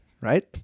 Right